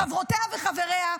אח חברותיה וחבריה,